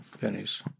Pennies